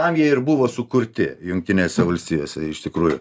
tam jie ir buvo sukurti jungtinėse valstijose iš tikrųjų